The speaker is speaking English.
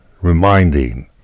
reminding